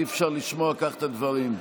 אי-אפשר לשמוע כך את הדברים.